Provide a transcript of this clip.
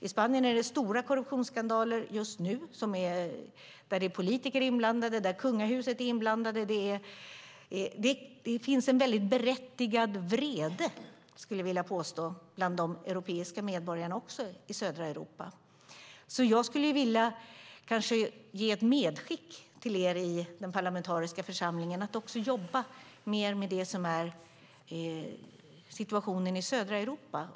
I Spanien är det stora korruptionsskandaler just nu där politiker och kungahus är inblandade. Det finns en berättigad vrede, skulle jag vilja påstå, också bland de europeiska medborgarna i södra Europa. Jag skulle vilja göra ett medskick till er i den parlamentariska församlingen: Jobba mer med situationen i södra Europa!